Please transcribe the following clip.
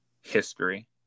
history